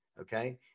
okay